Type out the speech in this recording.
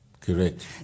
correct